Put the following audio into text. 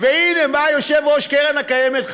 הנה בא יושב-ראש הקרן הקיימת,